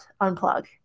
unplug